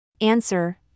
Answer